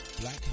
Black